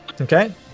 okay